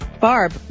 Barb